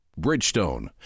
Bridgestone